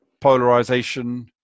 polarization